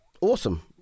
awesome